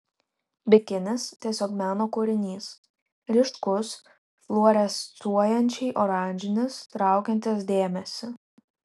bikinis tiesiog meno kūrinys ryškus fluorescuojančiai oranžinis traukiantis dėmesį